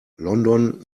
london